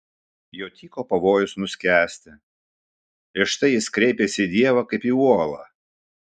jo tyko pavojus nuskęsti ir štai jis kreipiasi į dievą kaip į uolą